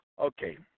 Okay